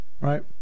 right